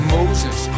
Moses